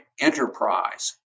enterprise